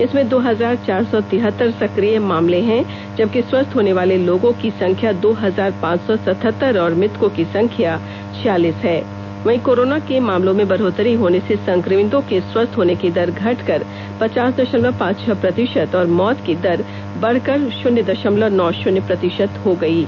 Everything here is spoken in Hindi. इसमें दो हजार चार सौ तिहतर सक्रिय मामले हैं जबकि स्वस्थ होने वाले लोगों की संख्या दो हजार पांच सौ सतहतर और मृतकों की संख्या छियालीस है वहीं कोरोना के मामलों में बढ़ोत्तरी होने से संक्रमितों के स्वस्थ होने की दर घटकर पचास दशमलव पांच छह प्रतिशत और मौत की दर बढ़कर शून्य दशमलव नौ शून्य प्रतिशत हो गई है